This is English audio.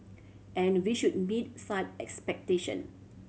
and we should meet such expectation